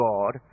God